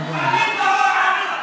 בראבו עליכ,